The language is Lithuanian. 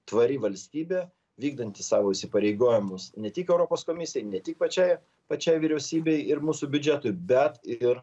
tvari valstybė vykdanti savo įsipareigojimus ne tik europos komisijai ne tik pačiai pačiai vyriausybei ir mūsų biudžetui bet ir